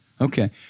Okay